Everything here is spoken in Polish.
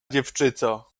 dziewczyco